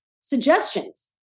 suggestions